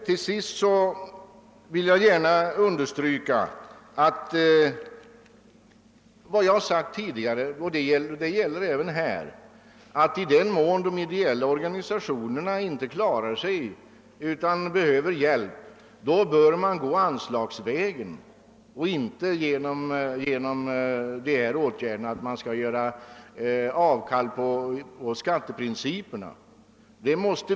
Till sist vill jag gärna understryka — jag har sagt det tidigare, och det gäller även här — att om de ideella organisationerna inte klarar sig utan behöver hjälp, så bör man ge den hjälpen anslagsvägen och inte genom att göra avkall på skatteprinciperna.